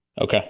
Okay